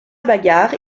bagarre